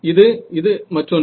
இது இது மற்றொன்று